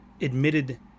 admitted